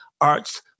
Arts